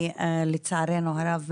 לצערי הרב,